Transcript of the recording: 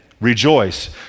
rejoice